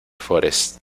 forest